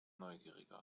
neugierige